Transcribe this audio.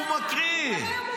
מי אמר?